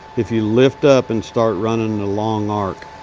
if you lift up and start running a long arc.